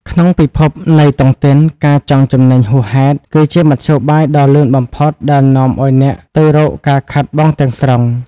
ក្នុងពិភពនៃតុងទីន "ការចង់ចំណេញហួសហេតុ" គឺជាមធ្យោបាយដ៏លឿនបំផុតដែលនាំអ្នកទៅរកការខាតបង់ទាំងស្រុង។